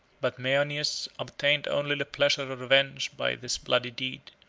but maeonius obtained only the pleasure of revenge by this bloody deed.